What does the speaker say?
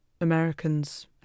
Americans